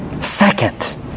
Second